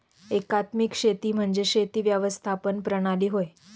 एकात्मिक शेती म्हणजे शेती व्यवस्थापन प्रणाली होय